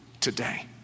today